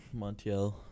Montiel